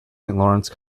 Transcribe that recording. lawrence